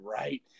right